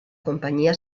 compañía